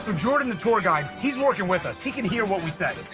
so jordan the tour guide, he's working with us. he can hear what we say.